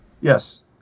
Yes